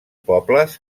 pobles